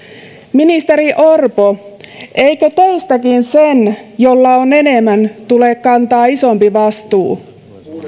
ministeri orpo eikö teistäkin sen jolla on enemmän tule kantaa isompi vastuu